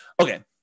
Okay